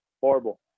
Horrible